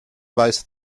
weiß